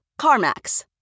CarMax